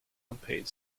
unpaid